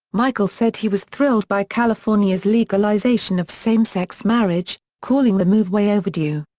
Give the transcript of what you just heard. michael said he was thrilled by california's legalisation of same-sex marriage, calling the move way overdue.